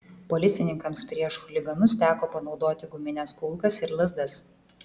policininkams prieš chuliganus teko panaudoti gumines kulkas ir lazdas